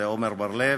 עמר בר-לב,